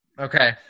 Okay